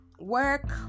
work